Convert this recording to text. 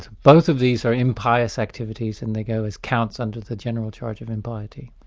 both of these are impious activities and they go as counts under the general charge of impiety.